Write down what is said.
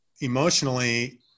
emotionally